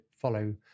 follow